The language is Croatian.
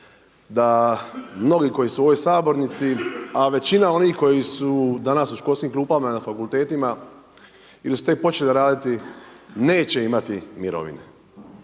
da mnogi koji su u ovoj Sabornici, a većina onih koji su danas u školskim klupama, na fakultetima ili su tek počeli raditi, neće imati mirovine